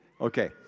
Okay